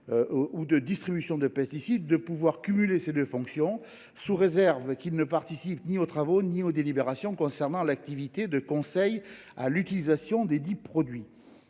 ou de distribution de pesticides de cumuler ces deux fonctions, sous réserve de ne participer ni aux travaux ni aux délibérations concernant l’activité de conseil à l’utilisation de ces produits.